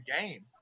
game